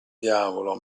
diavolo